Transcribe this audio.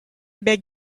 beg